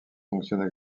fonctionne